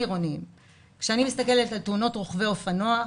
כשאני מסתכלת על תאונות רוכבי אופנוע,